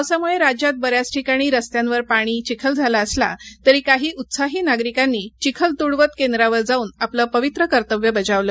पावसामुळे राज्यात बऱ्याच ठिकाणी रस्त्यांवर पाणी चिखल झाला असला तरी काही उत्साही नागरिकांनी चिखल तुडवत केंद्रावर जाऊन आपलं पवित्र कर्तव्य बजावलं